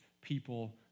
people